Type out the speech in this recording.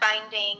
finding